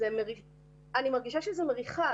אני מרגישה שזה מריחה,